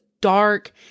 dark